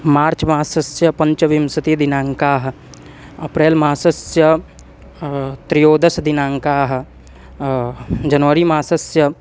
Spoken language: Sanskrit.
मार्च् मासस्य पञ्चविंशतिदिनाङ्कः अप्रेल् मासस्य त्रयोदशदिनाङ्कः जनवरी मासस्य